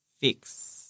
fix